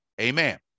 Amen